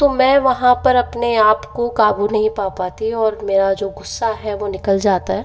तो मैं वहाँ पर अपने आपको काबू नहीं पा पाती और मेरा जो गुस्सा है वो निकल जाता है